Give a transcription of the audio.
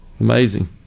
Amazing